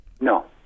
No